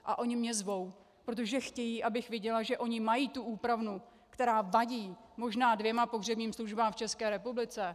A oni mě zvou, protože chtějí, abych věděla, že oni mají tu úpravnu, která vadí možná dvěma pohřebním službám v České republice.